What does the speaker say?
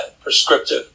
prescriptive